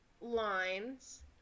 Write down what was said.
lines